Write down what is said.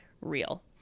real